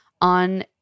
on